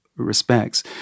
respects